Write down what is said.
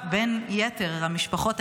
בין יתר המשפחות,